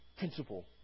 Principle